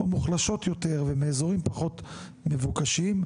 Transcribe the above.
או מוחלשות יותר ומאזורים פחות מבוקשים,